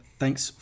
thanks